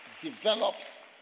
develops